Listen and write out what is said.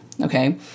Okay